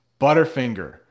Butterfinger